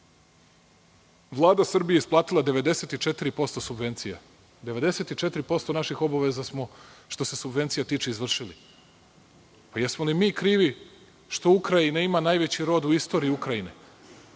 Vlada Srbije je isplatila 94% subvencija, dakle, 94% naših obaveza smo, što se subvencija tiče, izvršili. Jesmo li mi krivi što Ukrajina ima najveći rod u istoriji Ukrajine